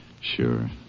Sure